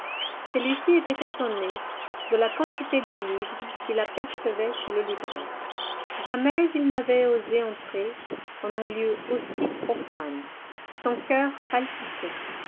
celui-ci était étonné de la quantité de livres qu'il apercevait chez le libraire jamais il n'avait osé entrer en un lieu aussi profane son coeur palpitait